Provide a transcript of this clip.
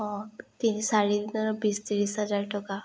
অঁ তিনি চাৰি দিনৰ বাবে বিছ ত্ৰিছ হাজাৰ টকা